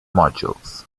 modules